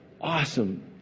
awesome